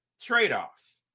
trade-offs